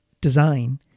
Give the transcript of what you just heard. design